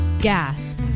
gas